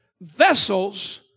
vessels